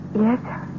Yes